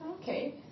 Okay